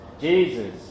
Jesus